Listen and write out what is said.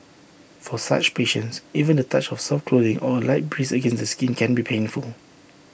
for such patients even the touch of soft clothing or light breeze against the skin can be painful